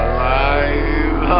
Alive